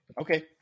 okay